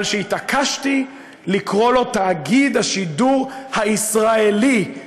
על כך שהתעקשתי לקרוא לו "תאגיד השידור הישראלי".